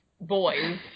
boys